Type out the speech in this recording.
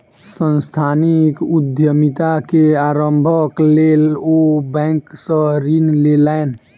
सांस्थानिक उद्यमिता के आरम्भक लेल ओ बैंक सॅ ऋण लेलैन